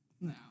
No